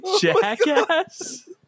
jackass